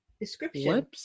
Description